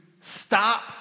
stop